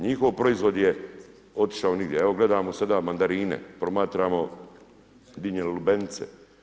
Njihov proizvod je otišao nigdje, evo gledamo sada mandarine, promatramo dinje i lubenice.